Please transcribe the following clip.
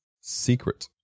secret